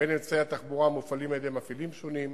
בין אמצעי התחבורה המופעלים על-ידי מפעילים שונים,